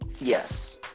yes